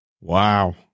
Wow